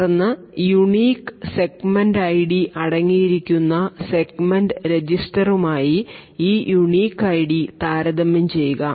തുടർന്ന് unique segment ID അടങ്ങിയിരിക്കുന്ന segment രജിസ്റ്ററുമായി ഈ unique ID താരതമ്യം ചെയ്യുക